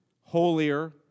holier